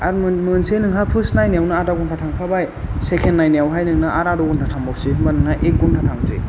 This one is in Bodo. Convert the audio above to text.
आरो मोन मोनसे नोंहा फोर्स्ट नायनायावनो आधा घन्टा थांखाबाय सेकेन्ड नायनायावहाय नोंना आरो आधा घन्टा थांबावसै होमबा नोंना एक घन्टा थांसै